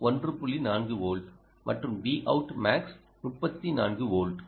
4 volt மற்றும் Vout max 34 volt